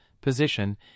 position